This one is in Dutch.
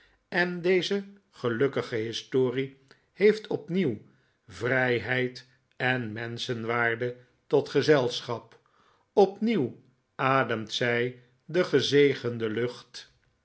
en deze gelukkige historie heeft opnieuw vrijheid eh menschenwaarde tot gezelschap opnieuw ademt zij de gezegende lucht